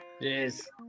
yes